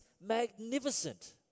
magnificent